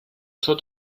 sort